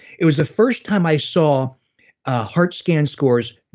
it was the first time i saw a heart scan scores,